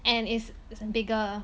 and is bigger